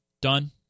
Done